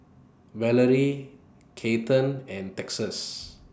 Valerie Kathern and Texas